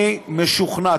אני משוכנע.